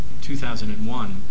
2001